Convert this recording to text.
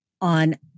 on